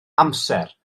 amser